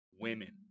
women